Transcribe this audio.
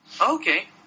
Okay